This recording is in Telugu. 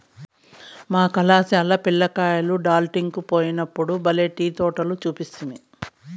మా కళాశాల పిల్ల కాయలు డార్జిలింగ్ కు పోయినప్పుడు బల్లే టీ తోటలు చూస్తిమి